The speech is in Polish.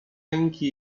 ręki